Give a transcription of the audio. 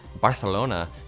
Barcelona